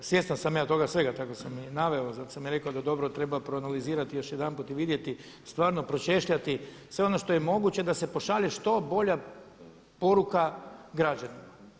Pa evo svjestan sam ja toga svega, tako sam i naveo, zato sam i rekao da dobro treba proanalizirati još jedanput i vidjeti stvarno pročešljati sve ono što je moguće da se pošalje što bolja poruka građanima.